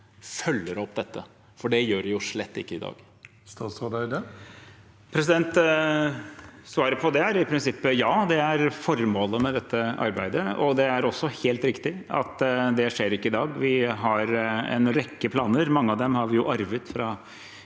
følger opp dette? For det gjør den jo slett ikke i dag. Statsråd Espen Barth Eide Svaret på det er i prinsippet ja. Det er formålet med dette arbeidet, og det er også helt riktig at det ikke skjer i dag. Vi har en rekke planer – mange av dem har vi arvet fra